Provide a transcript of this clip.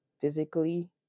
physically